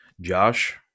Josh